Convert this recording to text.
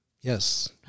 Yes